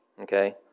okay